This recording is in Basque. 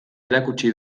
erakutsi